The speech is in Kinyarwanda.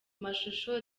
mashusho